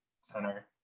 center